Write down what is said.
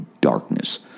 darkness